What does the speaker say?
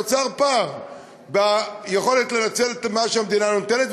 נוצר פער ביכולת לנצל את מה שהמדינה נותנת,